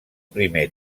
primer